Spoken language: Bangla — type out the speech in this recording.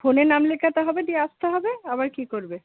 ফোনে নাম লেখাতে হবে দিয়ে আসতে হবে আবার কী করবে